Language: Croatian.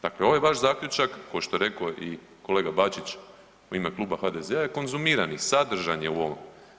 Dakle, ovaj vaš zaključak kao što je rekao i kolega Bačić u ime kluba HDZ-a je konzumirani, sadržan je u ovom.